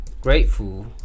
grateful